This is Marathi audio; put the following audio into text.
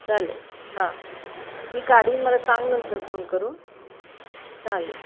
चालेल हां मी काढीन मला सांग नंतर फोन करून चालेल